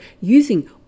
using